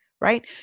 right